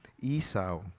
Esau